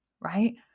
right